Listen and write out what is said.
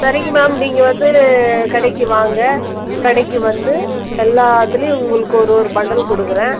சரிங்க மேம் நீங்கள் வந்து கடைக்கு வாங்க கடைக்கு வந்து எல்லாத்துலேயும் உங்களுக்கு ஒரு ஓரு பண்டல் கொடுக்குறேன்